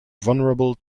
vulnerable